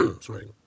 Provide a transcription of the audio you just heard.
Sorry